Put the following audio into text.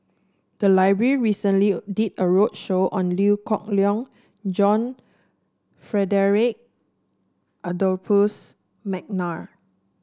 the library recently did a roadshow on Liew Geok Leong John Frederick Adolphus McNair